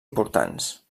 importants